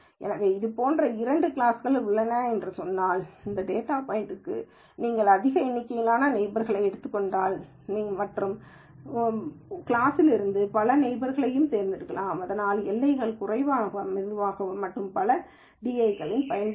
எனவே இது போன்ற இரண்டு கிளாஸ்கள் உள்ளன என்று சொன்னால் இந்த டேட்டா பாய்ன்ட்க்கு நீங்கள் அதிக எண்ணிக்கையிலான நெய்பர்ஸ்களை எடுத்துக் கொண்டால் நீங்கள் மற்ற கிளாஸிலிருந்து பல நெய்பர்ஸ்ர்களையும் தேர்வு செய்யலாம் இதனால் எல்லைகள் குறைவான மிருதுவானவை மற்றும் பல di பயன்பாடு